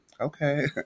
Okay